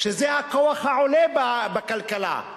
שזה הכוח העולה בכלכלה,